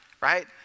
right